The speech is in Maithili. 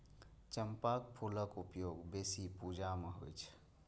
चंपाक फूलक उपयोग बेसी पूजा मे होइ छै